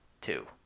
two